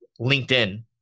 linkedin